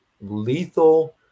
lethal